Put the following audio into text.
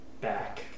back